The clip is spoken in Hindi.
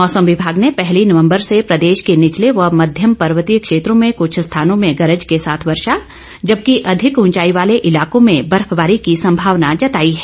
मौसम विभाग ने पहली नवम्बर से प्रदेश के निचले व मध्यम पर्वतीय क्षेत्रों में कुछ स्थानों में गरज के साथ वर्षा जबकि अधिक उंचाई वाले इलाकों में बर्फबारी की संभावना जताई है